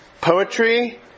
poetry